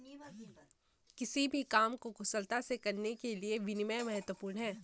किसी भी कंपनी को कुशलता से काम करने के लिए विनियम महत्वपूर्ण हैं